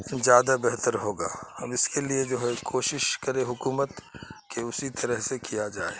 زیادہ بہتر ہوگا اب اس کے لیے جو ہے کوشش کرے حکومت کہ اسی طرح سے کیا جائے